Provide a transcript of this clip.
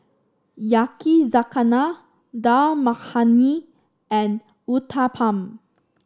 Yakizakana Dal Makhani and Uthapam